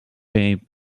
played